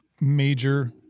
major